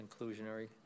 inclusionary